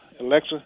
Alexa